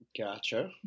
Gotcha